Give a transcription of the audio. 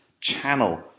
channel